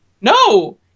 No